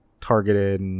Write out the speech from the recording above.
targeted